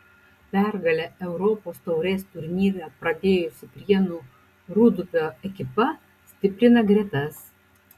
pergale europos taurės turnyrą pradėjusi prienų rūdupio ekipa stiprina gretas